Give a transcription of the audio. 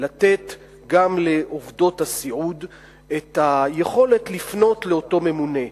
לתת גם לעובדות הסיעוד את היכולת לפנות אל אותו ממונה.